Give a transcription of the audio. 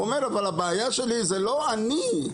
"אבל הבעיה שלי היא שלא רק אני,